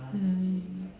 mm